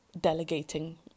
delegating